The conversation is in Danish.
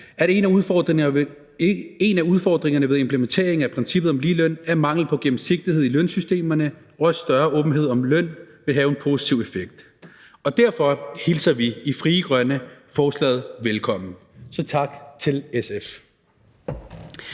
at en af udfordringerne ved implementeringen af princippet om ligeløn er mangel på gennemsigtighed i lønsystemerne, og at større åbenhed om løn vil have en positiv effekt. Derfor hilser vi i Frie Grønne forslaget velkommen. Så tak til SF.